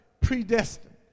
predestined